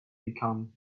become